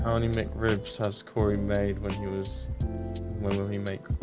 only mcribs has corey made when he was when will he make